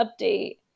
update